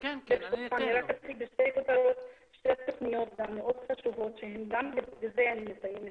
אציג בשתי כותרות שתי תוכניות מאוד חשובות ובזה אני מסיימת,